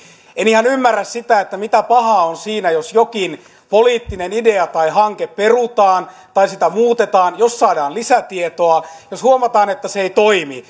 en ihan ymmärrä mitä pahaa on siinä jos jokin poliittinen idea tai hanke perutaan tai sitä muutetaan jos saadaan lisätietoa jos huomataan että se ei toimi